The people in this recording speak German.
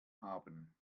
haben